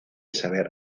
saber